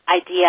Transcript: idea